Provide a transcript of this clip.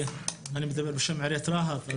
אני מדבר בשם עיריית רהט.